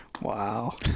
Wow